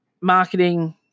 marketing